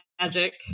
magic